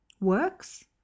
works